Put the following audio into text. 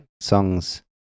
songs